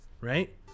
right